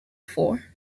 for